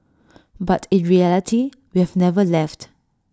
but in reality we've never left